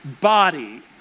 body